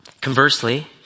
Conversely